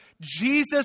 Jesus